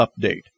update